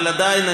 אבל עדיין,